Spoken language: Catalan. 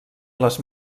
les